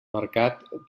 mercat